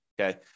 okay